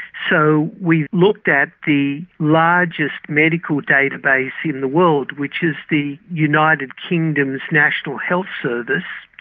so we looked at the largest medical database in the world which is the united kingdom's national health service,